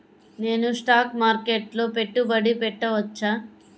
నేను స్టాక్ మార్కెట్లో పెట్టుబడి పెట్టవచ్చా?